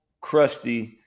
crusty